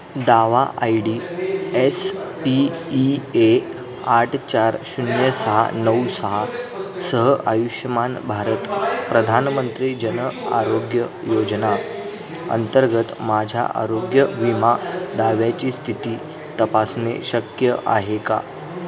दावा I D S P E A आठ चार शून्य सहा नऊ सहासह आयुष्मान भारत प्रधानमंत्री जन आरोग्य योजना अंतर्गत माझ्या आरोग्य विमा दाव्याची स्थिती तपासणे शक्य आहे का